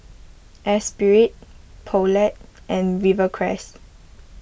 Esprit Poulet and Rivercrest